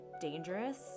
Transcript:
dangerous